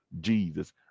Jesus